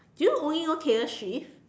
do you only know Taylor Swift